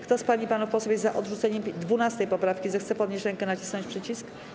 Kto z pań i panów posłów jest za odrzuceniem 12. poprawki, zechce podnieść rękę i nacisnąć przycisk.